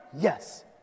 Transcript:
yes